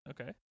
Okay